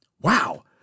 Wow